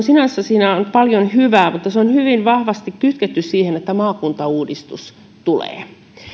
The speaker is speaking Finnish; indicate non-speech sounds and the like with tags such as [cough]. [unintelligible] sinänsä siinä on on paljon hyvää mutta se on hyvin vahvasti kytketty siihen että maakuntauudistus tulee